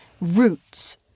roots